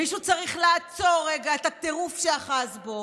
מישהו צריך לעצור רגע את הטירוף שאחז בו